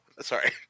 Sorry